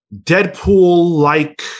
Deadpool-like